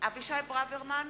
אבישי ברוורמן,